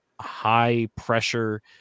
high-pressure